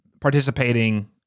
participating